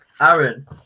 Aaron